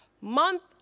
month